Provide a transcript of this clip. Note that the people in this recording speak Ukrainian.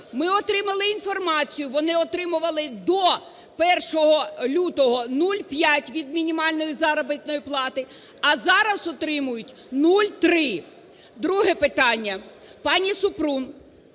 Ми отримали інформацію, вони отримували до 1 лютого 0,5 від мінімальної заробітної плати, а зараз отримують 0,3. Друге питання. Пані Супрун,